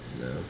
No